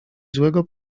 złego